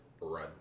run